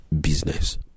business